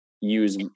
use